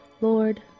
Lord